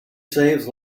saves